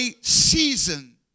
season